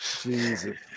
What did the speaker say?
Jesus